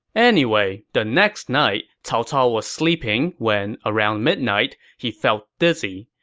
anyway, the next night, cao cao was sleeping when, around midnight, he felt dizzy.